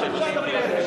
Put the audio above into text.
נכון.